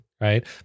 right